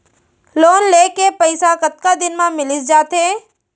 Loan के पइसा कतका दिन मा मिलिस जाथे?